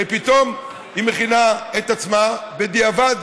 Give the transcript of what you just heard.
ופתאום היא מכינה את עצמה בדיעבד.